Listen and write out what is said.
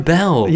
Bell